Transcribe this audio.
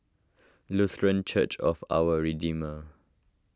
Lutheran Church of Our Redeemer